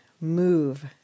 move